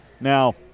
Now